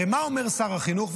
הרי מה אומר שר החינוך?